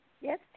Yes